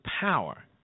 power